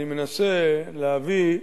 אני מנסה להביא,